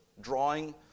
drawing